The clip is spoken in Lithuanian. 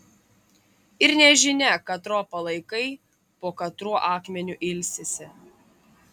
ir nežinia katro palaikai po katruo akmeniu ilsisi